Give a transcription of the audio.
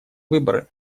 выборы